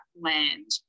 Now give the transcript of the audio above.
land